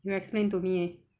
you explain to me eh